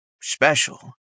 special